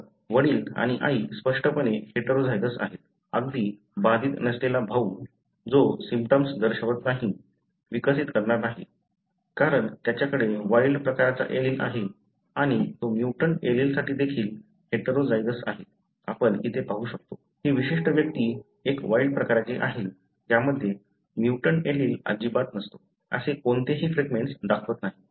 तर वडील आणि आई स्पष्टपणे हेटेरोझायगस आहेत अगदी बाधित नसलेला भाऊ जो सिम्पटम्स दर्शवत नाही विकसित करणार नाही कारण त्याच्याकडे वाइल्ड प्रकारचा एलील आहे किंवा तो म्युटंट एलीलसाठी देखील हेटेरोझायगस आहे आपण इथे पाहू शकतो हि विशिष्ट व्यक्ती एक वाइल्ड प्रकारची आहे ज्यामध्ये म्युटंट एलील अजिबात नसतो असे कोणतेही फ्रॅगमेंट्स दाखवत नाही